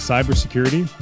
Cybersecurity